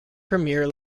premier